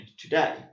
today